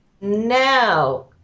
Now